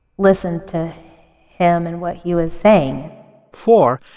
listen to him and what he was saying four,